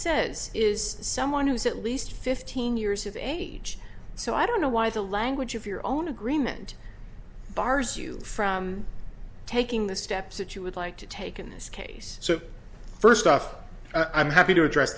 says is someone who is at least fifteen years of age so i don't know why the language of your own agreement bars you from taking the steps that you would like to take in this case so first off i'm happy to address